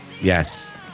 Yes